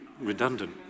redundant